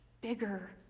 bigger